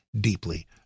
deeply